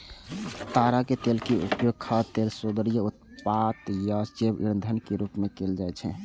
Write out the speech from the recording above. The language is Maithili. ताड़क तेल के उपयोग खाद्य तेल, सौंदर्य उत्पाद आ जैव ईंधन के रूप मे कैल जाइ छै